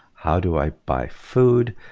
how do i buy food?